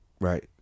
Right